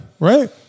Right